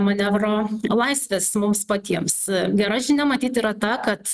manevro laisvės mums patiems gera žinia matyt yra ta kad